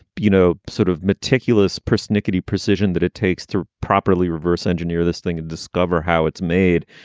you know, sort of meticulous, persnickety precision that it takes to properly reverse engineer this thing and discover how it's made.